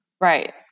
Right